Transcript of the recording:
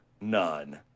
none